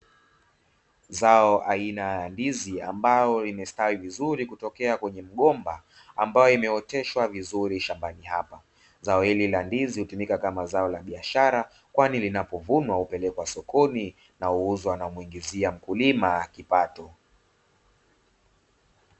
Zao aina ya ndizi ambalo limestawi vizuri kutokea kwenye mgomba; ambayo imeoteshwa vizuri shambani hapa, zao hili la ndizi hutumika kama zao la bishara kwani linapovunwa hupelekwa sokoni na huuzwa na humuingizia mkulima kipato.